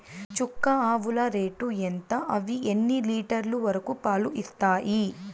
చుక్క ఆవుల రేటు ఎంత? అవి ఎన్ని లీటర్లు వరకు పాలు ఇస్తాయి?